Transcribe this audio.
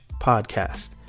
podcast